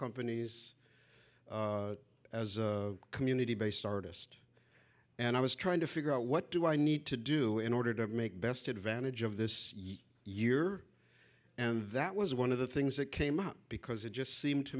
companies as a community based artist and i was trying to figure out what do i need to do in order to make best advantage of this year and that was one of the things that came up because it just seemed to